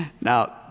Now